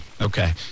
Okay